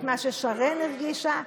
את מה ששרן הרגישה.